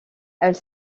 elle